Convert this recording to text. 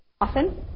often